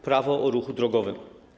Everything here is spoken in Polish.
Prawo o ruchu drogowym.